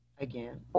again